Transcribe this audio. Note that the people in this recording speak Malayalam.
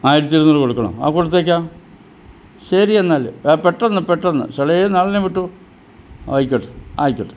ആയിരത്തി ഇരുന്നൂറ് കൊടുക്കണം ആ കൊടുത്തേക്കാം ശരി എന്നാൽ പെട്ടന്ന് പെട്ടന്ന് ശടേന്ന് ആളിനെ വിട്ടോ ആയിക്കോട്ടെ ആയിക്കോട്ടെ